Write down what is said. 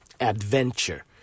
adventure